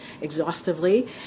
exhaustively